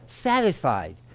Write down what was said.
satisfied